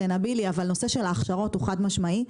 אבל נושא של ההכשרות הוא חד משמעי.